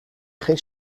geen